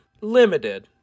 Limited